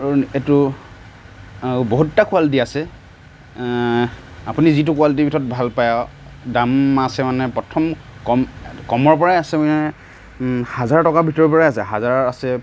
আৰু এটো বহুতটা কোৱালিটি আছে আপুনি যিটো কোৱালিটিৰ ভিতৰত ভাল পাই আৰু দাম আছে মানে পথম কম কমৰ পৰাই আছে মানে হাজাৰ টকাৰ ভিতৰৰ পৰাই আছে হাজাৰৰ আছে